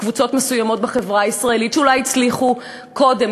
קבוצות מסוימות בחברה הישראלית שאולי הצליחו קודם,